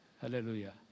Hallelujah